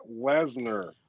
Lesnar